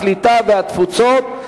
הקליטה והתפוצות,